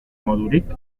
modurik